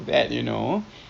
mm ah kenapa ni